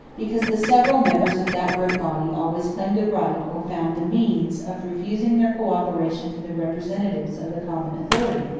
because the several members of that great body always claimed the right, or found the means, of refusing their co-operation to the representatives of the common authority,